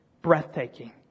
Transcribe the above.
breathtaking